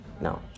No